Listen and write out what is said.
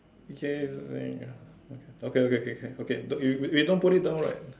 ya ya okay okay K K okay don't we don't put it down right